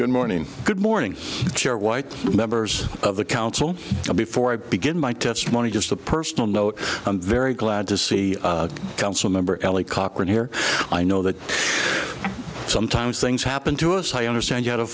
good morning good morning chair white members of the council and before i begin my testimony just a personal note i'm very glad to see council member elie cochran here i know that sometimes things happen to us i understand you had a